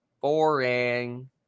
boring